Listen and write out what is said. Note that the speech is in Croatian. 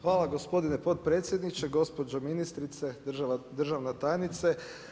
Hvala gospodine potpredsjedniče, gospođo ministrice, državna tajnice.